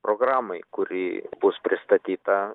programai kuri bus pristatyta